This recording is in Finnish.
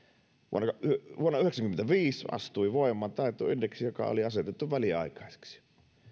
vuonna yhdeksänkymmentäviisi astui voimaan taittoindeksi joka oli asetettu väliaikaiseksi